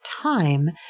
time